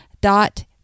dot